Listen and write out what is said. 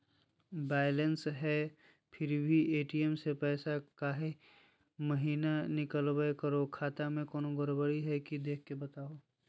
Balance है फिर भी भी ए.टी.एम से पैसा काहे महिना निकलब करो है, खाता में कोनो गड़बड़ी है की देख के बताहों?